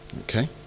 Okay